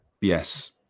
Yes